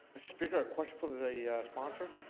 a speaker question for the the sponsor